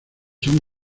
son